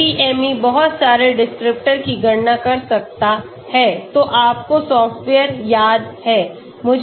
SwissADME बहुत सारे descriptor की गणना कर सकता है तो आपको सॉफ्टवेयर याद है